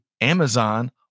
Amazon